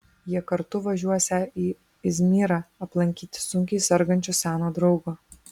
jie kartu važiuosią į izmyrą aplankyti sunkiai sergančio seno draugo